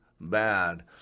bad